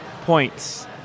points